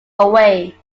away